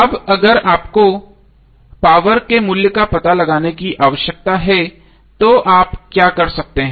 अब अगर आपको पावर के मूल्य का पता लगाने की आवश्यकता है तो आप क्या कर सकते हैं